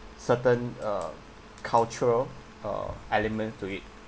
certain err cultural err element to it